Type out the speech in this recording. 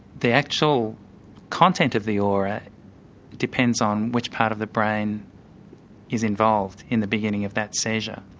the actual content of the aura depends on which part of the brain is involved in the beginning of that seizure.